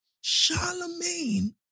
Charlemagne